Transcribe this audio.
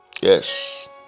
Yes